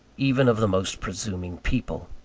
even of the most presuming people.